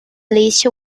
least